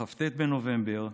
בכ"ט בנובמבר,